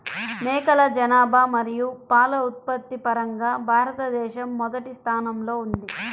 మేకల జనాభా మరియు పాల ఉత్పత్తి పరంగా భారతదేశం మొదటి స్థానంలో ఉంది